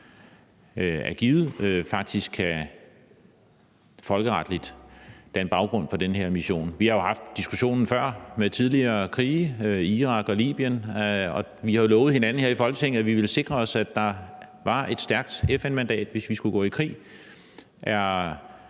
er givet, folkeretligt kan danne baggrund for den her mission. Vi har haft diskussionen før i forbindelse med tidligere krige i Irak og Libyen, og vi har jo lovet hinanden her i Folketinget, at vi ville sikre os, at der var et stærkt FN-mandat, hvis vi skulle gå i krig.